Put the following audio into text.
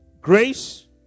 grace